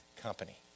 company